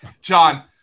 John